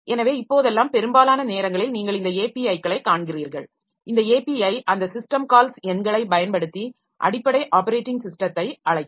எனவே இப்போதெல்லாம் பெரும்பாலான நேரங்களில் நீங்கள் இந்த API க்களை காண்கிறீர்கள் இந்த ஏபிஐ அந்த சிஸ்டம் கால்ஸ் எண்களைப் பயன்படுத்தி அடிப்படை ஆப்பரேட்டிங் ஸிஸ்டத்தை அழைக்கும்